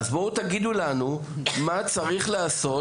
אז בואו תגידו לנו מה צריך לעשות.